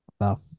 Wow